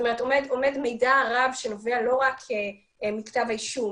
עומד מידע רב שנובע לא רק מכתב האישום